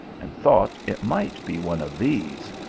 and thought it might be one of these,